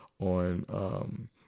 on